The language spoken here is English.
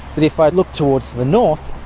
but if i look towards the north,